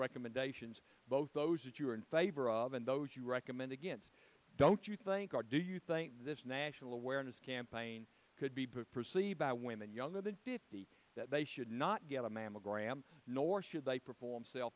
recommendations both those that you are in favor of and those you recommend against don't you think or do you think this national awareness campaign could be perceived by women younger than fifty that they should not get a mammogram